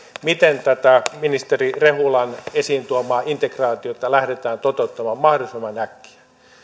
miten tätä ministeri rehulan esiin tuomaa integraatiota lähdetään toteuttamaan mahdollisimman äkkiä